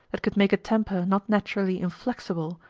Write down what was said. that could make a temper, not naturally inflexible,